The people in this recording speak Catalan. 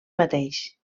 mateix